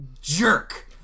jerk